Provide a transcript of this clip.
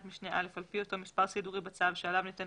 משנה (א) על פי אותו מספר סידורי בצו שעליו ניתן